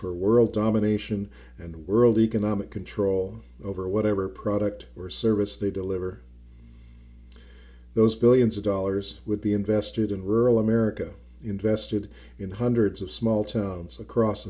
for world domination and world economic control over whatever product or service they deliver those billions of dollars would be invested in rural america invested in hundreds of small towns across